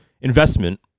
investment